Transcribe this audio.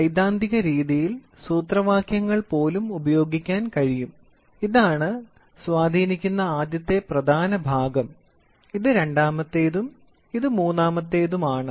സൈദ്ധാന്തികരീതിയിൽ സൂത്രവാക്യങ്ങൾ പോലും ഉപയോഗിക്കാൻ കഴിയും ഇതാണ് സ്വാധീനിക്കുന്ന ആദ്യത്തെ പ്രധാന ഭാഗം ഇത് രണ്ടാമത്തേതും ഇത് മൂന്നാമത്തേതുമാണ്